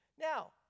Now